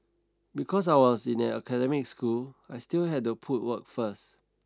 because I was in an academic school I still had to put work first